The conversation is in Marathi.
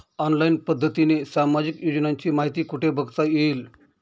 ऑनलाईन पद्धतीने सामाजिक योजनांची माहिती कुठे बघता येईल?